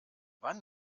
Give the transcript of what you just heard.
wann